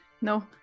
no